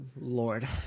lord